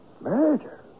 Murder